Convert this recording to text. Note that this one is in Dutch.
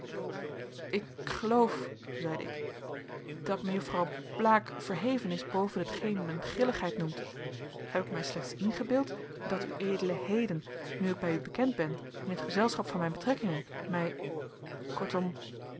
ik geloof zeide ik dat mejufvrouw blaek verheven is boven hetgeen men grilligheid noemt heb ik mij slechts ingebeeld dat ued heden nu ik bij u bekend ben in het gezelschap van mijn betrekkingen mij kortom